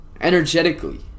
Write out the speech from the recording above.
Energetically